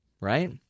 Right